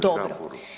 Dobro.